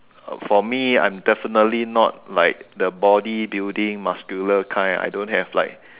for me I'm definitely not like the body building muscular kind I don't have like